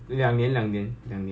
我的 reservists 是 next year